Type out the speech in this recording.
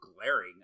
glaring